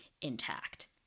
intact